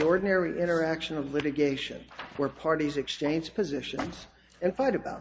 ordinary interaction of litigation where parties exchange positions and fight about